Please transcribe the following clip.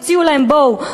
הציעו להם: בואו,